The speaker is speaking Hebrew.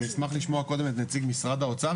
אני אשמח לשמוע קודם את נציג משרד האוצר